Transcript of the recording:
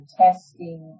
testing